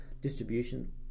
distribution